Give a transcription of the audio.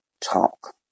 talk